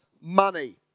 money